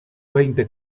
veinte